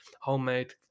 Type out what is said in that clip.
homemade